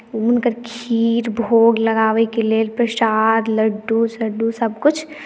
हुनकर खीर भोग लगाबयके लेल प्रसाद लड्डू सड्डू सभकिछु